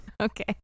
Okay